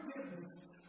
forgiveness